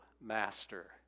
master